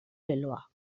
leloa